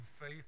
faith